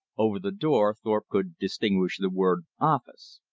over the door thorpe could distinguish the word office.